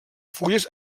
fulles